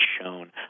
shown